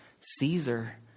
Caesar